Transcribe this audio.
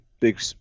big